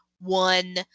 one